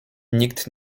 nikt